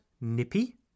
nippy